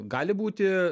gali būti